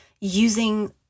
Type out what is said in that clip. using